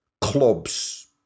clubs